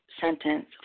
sentence